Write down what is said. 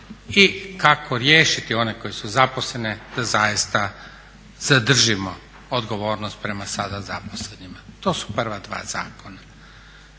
i kako riješiti one koje su zaposlene da zaista zadržimo odgovornost prema sada zaposlenima. To su prva dva zakona,